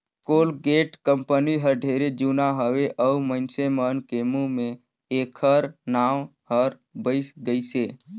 Colgate company हर ढेरे जुना हवे अऊ मइनसे मन के मुंह मे ऐखर नाव हर बइस गइसे